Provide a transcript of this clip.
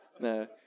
No